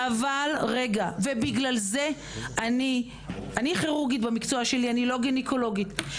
אני כירורגית במקצועי ולא גניקולוגית,